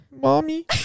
Mommy